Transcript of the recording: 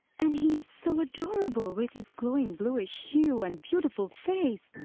and he is so adorable with his glowing bluish hue and beautiful face,